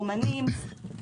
אומנים.